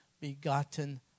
begotten